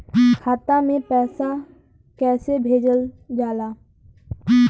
खाता में पैसा कैसे भेजल जाला?